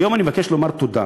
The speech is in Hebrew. היום אני מבקש לומר תודה